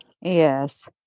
Yes